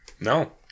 No